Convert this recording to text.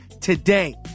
today